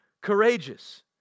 courageous